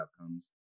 outcomes